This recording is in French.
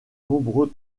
nombreux